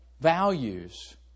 Values